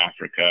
Africa